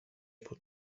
بود